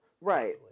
right